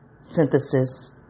synthesis